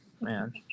man